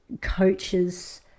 coaches